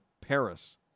Paris